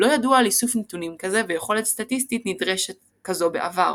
לא ידוע על איסוף נתונים כזה ויכולת סטטיסטית נדרשת כזו בעבר.